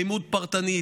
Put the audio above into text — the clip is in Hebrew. לימוד פרטני,